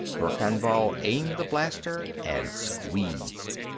verkan vall aimed the blaster and squeezed.